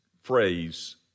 phrase